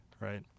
Right